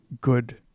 good